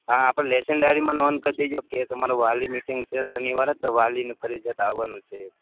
હા આપણે લેશન ડાયરીમાં નોંધ કરી દેજો કે તમારે વાલી મિટિંગ છે શનિવારે તો વાલીને ફરજીયાત તમારે આવવાનું છે એમ